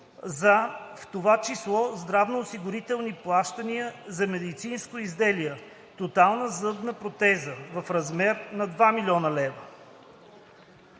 за „в т.ч. здравноосигурителни плащания за медицинско изделие „тотална зъбна протеза“ в размер на 2000 хил. лв.